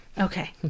okay